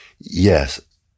Yes